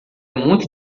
muito